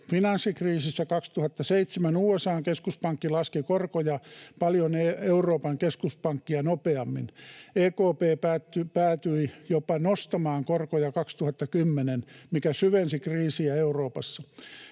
Finanssikriisissä 2007 USA:n keskuspankki laski korkoja paljon Euroopan keskuspankkia nopeammin. EKP päätyi jopa nostamaan korkoja 2010, mikä syvensi kriisiä Euroopassa.